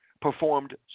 performed